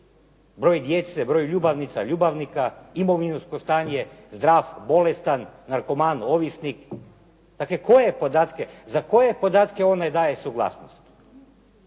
Broj djece, broj ljubavnica, ljubavnika, imovinsko stanje, zdrav, bolestan, narkoman, ovisnik? Dakle, koje podatke, za koje podatke